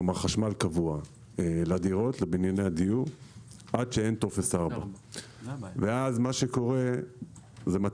כלומר חשמל קבוע לבנייני הדיור עד שאין טופס 4. מה שקורה בשטח